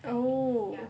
oh